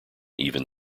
even